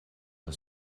der